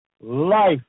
life